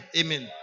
amen